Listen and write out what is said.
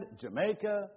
Jamaica